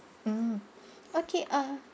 mm okay uh